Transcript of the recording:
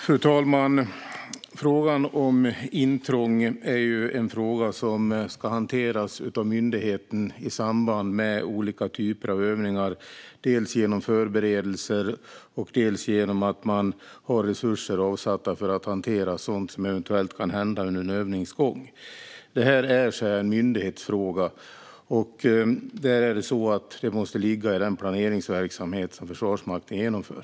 Fru talman! Frågan om intrång är en fråga som ska hanteras av myndigheten i samband med olika typer av övningar. Det handlar om förberedelser och att man har resurser avsatta att hantera sådant som eventuellt kan hända under en övnings gång. Det är en myndighetsfråga. Det måste ligga i den planeringsverksamhet som Försvarsmakten genomför.